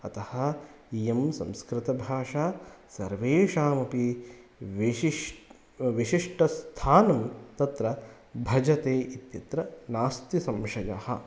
अतः इयं संस्कृतभाषा सर्वेषामपि विशिष्य विशिष्टस्थानं तत्र भजते इत्यत्र नास्ति संशयः